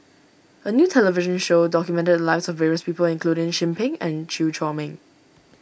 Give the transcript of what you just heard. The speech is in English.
a new television show documented the lives of various people including Chin Peng and Chew Chor Meng